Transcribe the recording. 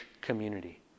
community